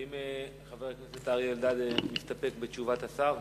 האם חבר הכנסת אריה אלדד מסתפק בתשובת השר?